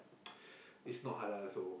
it's not Halal so